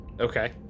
Okay